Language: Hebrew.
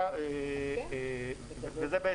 וזה מה